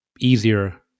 easier